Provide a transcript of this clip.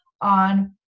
on